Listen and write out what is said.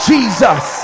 Jesus